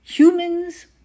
Humans